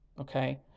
okay